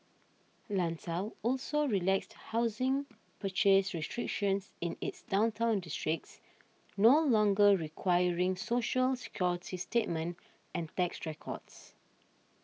Lanzhou also relaxed housing purchase restrictions in its downtown districts no longer requiring Social Security statement and tax records